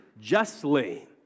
justly